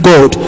God